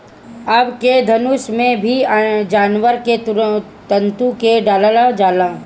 अबके धनुष में भी जानवर के तंतु क डालल जाला